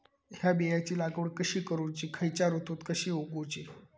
हया बियाची लागवड कशी करूची खैयच्य ऋतुत कशी उगउची?